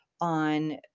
on